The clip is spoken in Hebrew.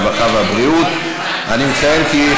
הרווחה והבריאות נתקבלה.